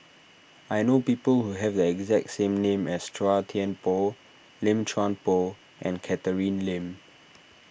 I know people who have the exact same name as Chua Thian Poh Lim Chuan Poh and Catherine Lim